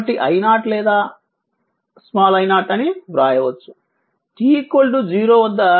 కాబట్టి I0 లేదా i0 అని వ్రాయవచ్చు t 0 వద్ద